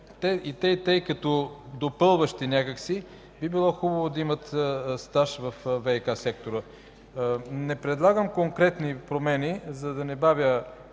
струва, че като допълващи някак си би било хубаво да имат стаж във ВиК сектора. Не предлагам конкретни промени, за да не бавя